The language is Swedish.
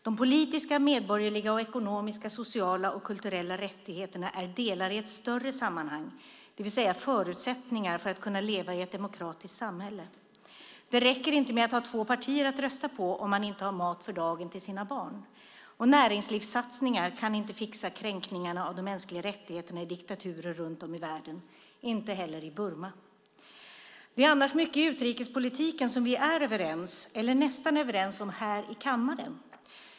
De politiska, medborgerliga och ekonomiska, sociala och kulturella rättigheterna är delar i ett större sammanhang, det vill säga förutsättningar för att man ska kunna leva i ett demokratiskt samhälle. Det räcker inte med att ha två partier att rösta på om man inte har mat för dagen till sina barn, och näringslivssatsningar kan inte fixa kränkningarna av de mänskliga rättigheterna i diktaturer runt om i världen, inte heller i Burma. Det är annars mycket i utrikespolitiken som vi är överens om, eller nästan överens om, här i kammaren.